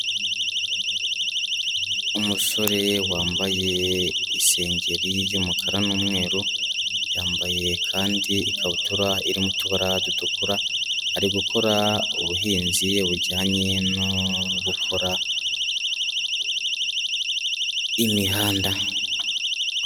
Umusore wambaye isengeri y'umukara n'umweru, yambaye kandi ikabutura irimo utubara dutukura ari gukora ubuhinzi bujyanye no gukora imihanda.